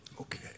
Okay